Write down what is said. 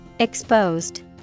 Exposed